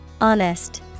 Honest